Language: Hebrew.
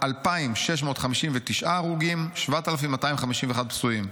2,659 הרוגים, 7,251 פצועים.